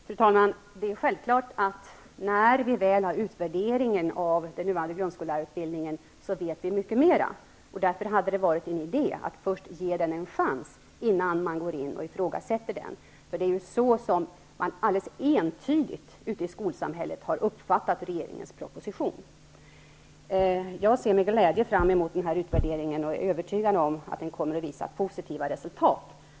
Fru talman! Det är självklart att vi, när vi väl har utvärderingen av den nuvarande grundskollärarutbildningen, vet mycket mer. Därför hade det varit en idé att först ge den en chans innan den ifrågasätts. Det är på det sättet som man alldeles entydigt ute i skolsamhället har uppfattat regeringens proposition. Jag ser med glädje fram emot denna utvärdering, och jag är övertygad om att den kommer att visa positiva resultat.